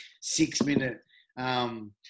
six-minute